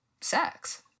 sex